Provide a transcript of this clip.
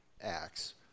Acts